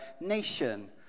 nation